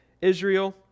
Israel